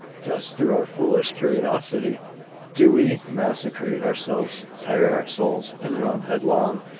thus through our foolish curiosity do we macerate ourselves, tire our souls, and run headlong,